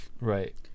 Right